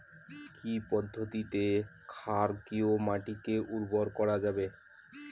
কি পদ্ধতিতে ক্ষারকীয় মাটিকে উর্বর করা যাবে?